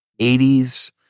80s